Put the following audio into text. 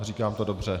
Říkám to dobře?